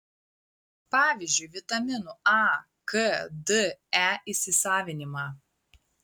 pavyzdžiui vitaminų a k d e įsisavinimą